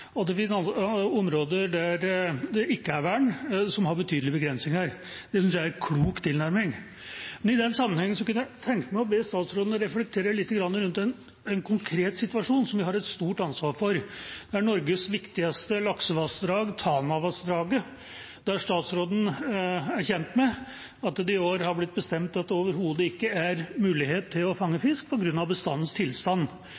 og områder der det ikke er vern, men som har betydelige begrensninger. Det synes jeg er en klok tilnærming. I den sammenhengen kunne jeg tenke meg å be statsråden reflektere lite grann rundt en konkret situasjon vi har et stort ansvar for. Det er Norges viktigste laksevassdrag, Tanavassdraget, der statsråden er kjent med at det i år har blitt bestemt at det overhodet ikke er mulighet til å fange